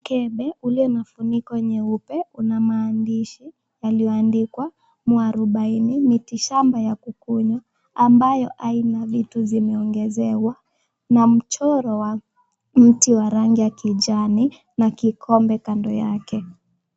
Mkebe ulio na funiko nyeupe una maandishi ulioandikwa mwarubaini mitishamba ya kukunywa ambayo aina vitu zimeongezewa na mchoro wa mti wa rangi ya kijani na kikombe kando yake.